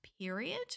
period